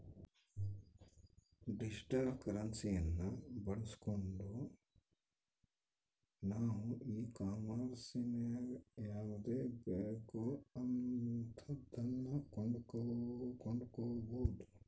digital ಕರೆನ್ಸಿಯನ್ನ ಬಳಸ್ಗಂಡು ನಾವು ಈ ಕಾಂಮೆರ್ಸಿನಗ ಯಾವುದು ಬೇಕೋ ಅಂತದನ್ನ ಕೊಂಡಕಬೊದು